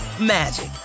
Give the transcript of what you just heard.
magic